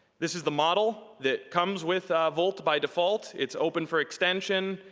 this is the model that comes with volt by default. it's open for extension.